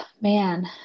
Man